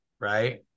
right